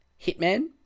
Hitman